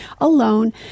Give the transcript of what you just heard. alone